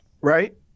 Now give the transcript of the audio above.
right